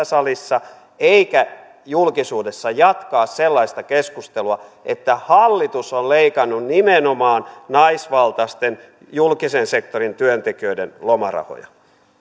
salissa eikä julkisuudessa jatkaa sellaista keskustelua että hallitus on leikannut nimenomaan naisvaltaisen julkisen sektorin työntekijöiden lomarahoja